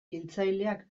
hiltzaileak